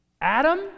Adam